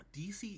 dc